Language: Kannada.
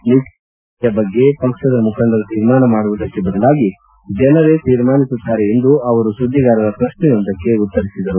ನಿಖಿಲ್ ಕುಮಾರಸ್ವಾಮಿ ಸ್ವರ್ಧೆಯ ಬಗ್ಗೆ ಪಕ್ಷದ ಮುಖಂಡರು ತೀರ್ಮಾನ ಮಾಡುವುದಕ್ಕೆ ಬದಲಾಗಿ ಜನರೇ ತೀರ್ಮಾನಿಸುತ್ತಾರೆ ಎಂದು ಅವರು ಸುದ್ವಿಗಾರರ ಪ್ರಶ್ನೆಯೊಂದಕ್ಕೆ ಉತ್ತರಿಸಿದರು